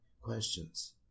questions